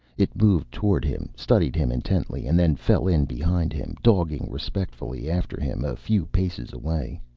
it moved toward him, studied him intently, and then fell in behind him, dogging respectfully after him, a few paces away.